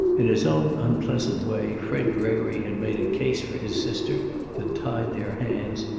in his own unpleasant way fred gregory had made a case for his sister that tied their hands,